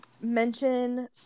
mention